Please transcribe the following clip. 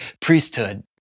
priesthood